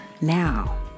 now